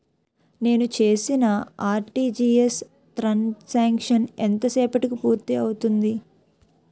నేను చేసిన RTGS transaction ఎంత సేపటికి పూర్తి అవుతుంది?